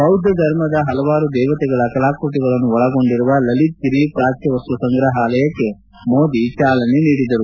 ಬೌದ್ದದರ್ಮದ ಹಲವಾರು ದೇವತೆಗಳ ಕಲಾಕೃತಿಗಳನ್ನು ಒಳಗೊಂಡಿರುವ ಲಲಿತ್ಗಿರಿ ಪ್ರಾಚ್ಚವಸ್ತು ಸಂಗ್ರಹಾಲಯಕ್ಕೆ ಮೋದಿ ಚಾಲನೆ ನೀಡಿದರು